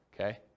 okay